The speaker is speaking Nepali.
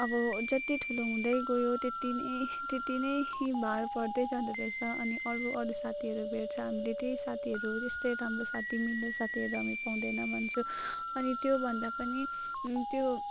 अब जति ठुलो हुँदै गयो त्यति नै त्यति नै भार बढ्दै जाँदोरहेछ अनि अरू अरू साथीहरू भेट्छ हामीले त्यही साथीहरू यस्तै राम्रो साथीहरू मिल्ने साथीहरू हामीले पाउँदैनौँ भन्छु अनि त्योभन्दा पनि त्यो